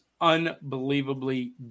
unbelievably